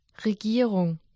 Regierung